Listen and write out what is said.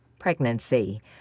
Pregnancy